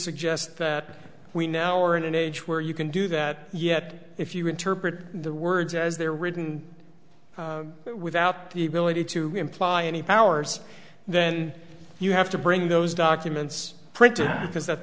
suggest that we now are in an age where you can do that yet if you interpret the words as they're written without the ability to imply any powers then you have to bring those documents printed because